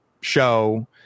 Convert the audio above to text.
show